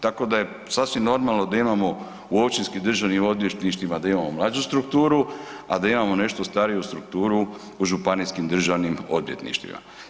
Tako da je sasvim normalno da imamo u općinskim državnim odvjetništvima da imamo mlađu strukturu, a da imamo nešto stariju strukturu u županijskim državnim odvjetništvima.